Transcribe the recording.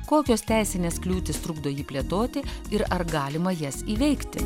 kokios teisinės kliūtys trukdo jį plėtoti ir ar galima jas įveikti